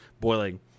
boiling